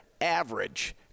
average